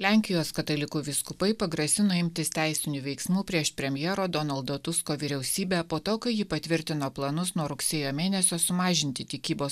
lenkijos katalikų vyskupai pagrasino imtis teisinių veiksmų prieš premjero donaldo tusko vyriausybę po to kai ji patvirtino planus nuo rugsėjo mėnesio sumažinti tikybos